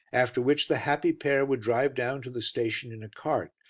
after which the happy pair would drive down to the station in a cart,